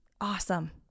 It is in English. awesome